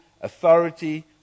authority